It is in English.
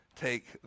take